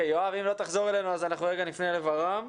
יואב, אם לא תחזור אלינו, אנחנו נפנה לור"מ.